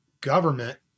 government